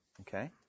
okay